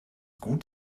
gut